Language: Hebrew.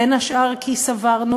בין השאר כי סברנו